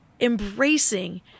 embracing